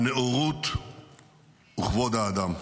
הנאורות וכבוד האדם.